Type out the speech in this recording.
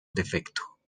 defecto